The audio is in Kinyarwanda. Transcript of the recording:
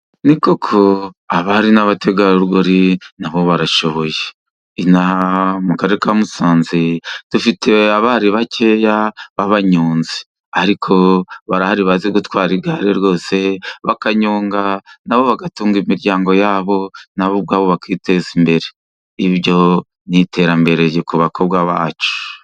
Ni koko abari n'abategarugori na bo barashoboye. mu karere ka Musanze, dufite abari bakeya b'abanyonzi. Ariko barahari bazi gutwara igare rwose, bakanyonga, na bo bagatunga imiryango ya bo, na bo ubwabo bakiteza imbere. Ibyo ni iterambere ku bakobwa bacu.